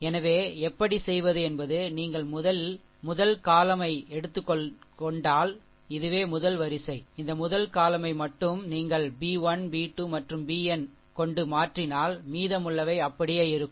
எனவே எப்படி செய்வது என்பது நீங்கள் முதல் column யைஎடுத்துக் கொண்டால் இதுவே முதல் வரிசை இந்த முதல் column யை மட்டும் நீங்கள் b 1 b 2 மற்றும் bn ஆல் மாற்றினால் மீதமுள்ளவை அப்படியே இருக்கும்